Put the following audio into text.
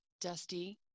dusty